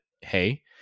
hey